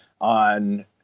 on